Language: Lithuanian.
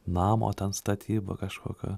namo ten statyba kažkokio